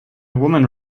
woman